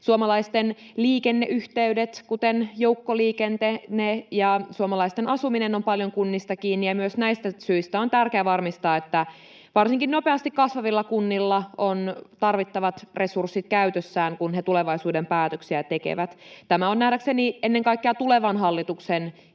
Suomalaisten liikenneyhteydet, kuten joukkoliikenne, ja suomalaisten asuminen ovat paljon kunnista kiinni, ja myös näistä syistä on tärkeää varmistaa, että varsinkin nopeasti kasvavilla kunnilla on tarvittavat resurssit käytössään, kun he tulevaisuuden päätöksiä tekevät. Tämä on nähdäkseni ennen kaikkea tulevan hallituksen